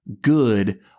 good